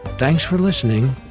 thanks for listening,